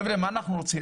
חבר'ה, מה אנחנו רוצים?